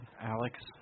Alex